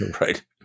Right